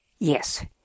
Yes